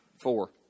four